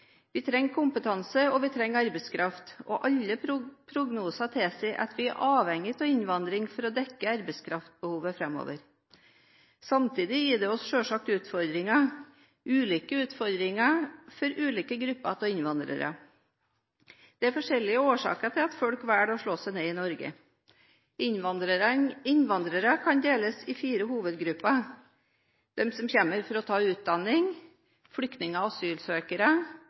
Vi trenger kompetanse og arbeidskraft, og alle prognoser tilsier at vi er avhengig av innvandring for å dekke arbeidskraftbehovet framover. Samtidig gir det oss selvsagt utfordringer, ulike utfordringer for ulike grupper av innvandrere. Det er forskjellige årsaker til at folk velger å slå seg ned i Norge. Innvandrerne kan deles inn i fire hovedgrupper: De som kommer hit for å ta utdanning, flyktninger og asylsøkere,